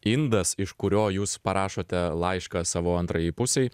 indas iš kurio jūs parašote laišką savo antrajai pusei